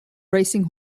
racing